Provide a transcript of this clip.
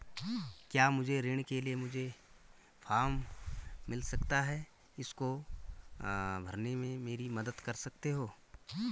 क्या मुझे ऋण के लिए मुझे फार्म मिल सकता है इसको भरने में मेरी मदद कर सकते हो?